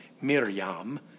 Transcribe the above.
Miriam